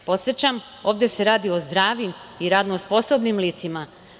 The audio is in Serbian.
Podsećam, ovde se radi o zdravim i radno sposobnim licima.